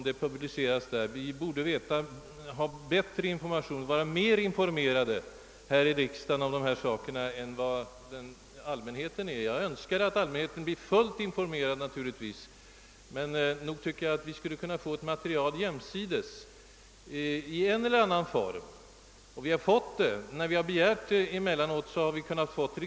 Vi här i riksdagen borde väl i princip vara minst lika eller kanske mer informerade om dessa saker än vad allmänheten är. Jag önskar naturligtvis att allmänheten också hålles fullt informerad, men nog tycker jag att vi i en eller annan form skulle kunna få materialet åtminstone samtidigt med pressen. När vi emellanåt särskilt begärt material, har vi också fått det.